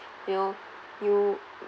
you know you